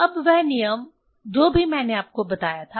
अब वह नियम जो भी मैंने आपको बताया था